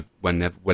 whenever